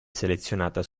selezionata